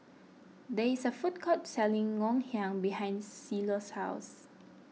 there is a food court selling Ngoh Hiang behind Cielo's house